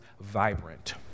vibrant